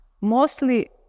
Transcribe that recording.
mostly